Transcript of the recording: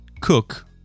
cook